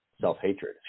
self-hatred